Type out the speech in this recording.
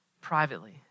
privately